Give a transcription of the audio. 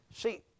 See